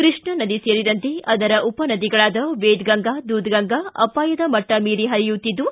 ಕೃಷ್ಣಾ ನದಿ ಸೇರಿದಂತೆ ಅದರ ಉಪ ನದಿಗಳಾದ ವೇದಗಂಗಾ ದೂದಗಂಗಾ ಅಪಾಯದ ಮಟ್ಟ ಮೀರಿ ಹರಿಯುತ್ತಿದ್ದು